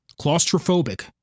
claustrophobic